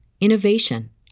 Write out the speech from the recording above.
innovation